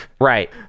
right